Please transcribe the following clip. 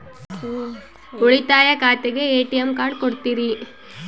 ಉಳಿತಾಯ ಖಾತೆಗೆ ATM card ಕೊಡ್ತೇರಿ?